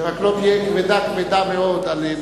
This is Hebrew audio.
שרק לא תהיה כבדה, כבדה מאוד, עלינו.